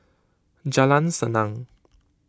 Jalan Senang